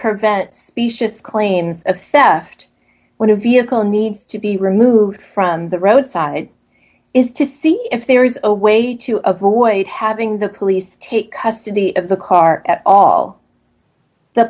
specious claims of sefton when a vehicle needs to be removed from the roadside is to see if there is a way to avoid having the police take custody of the car at all the